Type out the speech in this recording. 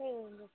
ఏముంది చెప్పు